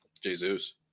Jesus